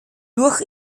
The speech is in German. durch